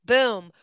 Boom